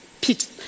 Pete